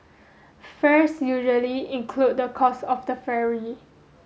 fares usually include the cost of the ferry